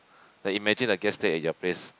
like imagine the guest stay at your place